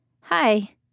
Hi